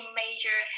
major